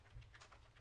בבקשה.